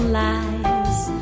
lies